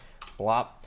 blop